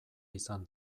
izan